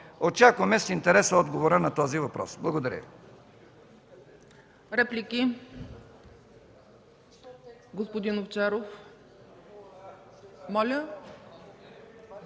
Очакваме с интерес отговора на този въпрос. Благодаря.